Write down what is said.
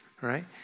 right